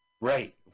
right